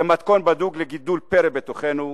זה מתכון בדוק לגידול פרא בתוכנו,